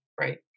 right